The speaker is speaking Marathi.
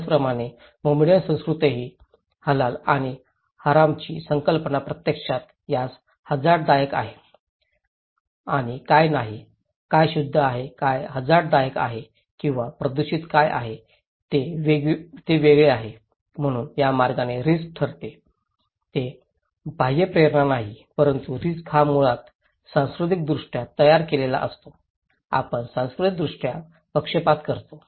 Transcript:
त्याचप्रमाणे मुस्लीम संस्कृतीतही हलाल आणि हरामची संकल्पना प्रत्यक्षात त्यास हझार्डदायक आहे आणि काय नाही काय शुद्ध आहे काय हझार्डदायक आहे किंवा प्रदूषित काय आहे ते वेगळे आहे म्हणून त्या मार्गाने रिस्क ठरवते ती बाह्य प्रेरणा नाही परंतु रिस्क हा मुळात सांस्कृतिकदृष्ट्या तयार केलेला असतो आपण सांस्कृतिकदृष्ट्या पक्षपात करतो